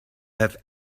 have